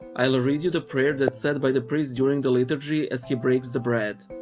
i'll read you the prayer that's said by the priest during the liturgy as he breaks the bread.